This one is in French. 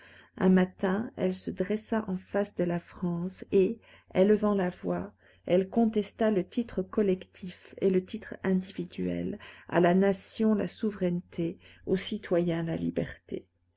un matin elle se dressa en face de la france et élevant la voix elle contesta le titre collectif et le titre individuel à la nation la souveraineté au citoyen la liberté